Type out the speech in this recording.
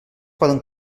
poden